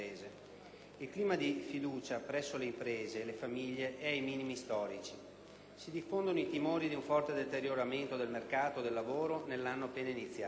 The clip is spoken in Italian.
Il clima di fiducia presso le imprese e le famiglie è ai minimi storici. Si diffondono i timori di un forte deterioramento del mercato del lavoro nell'anno appena iniziato.